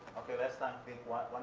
okay. that's time. please, one